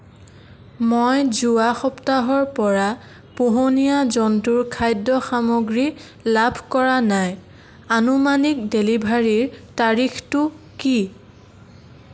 মই যোৱা সপ্তাহৰ পৰা পোহনীয়া জন্তুৰ খাদ্য সামগ্ৰী লাভ কৰা নাই আনুমানিক ডেলিভাৰীৰ তাৰিখটো কি